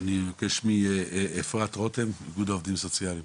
אני אבקש מאפרת רותם, איגוד העובדים הסוציאליים.